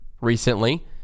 recently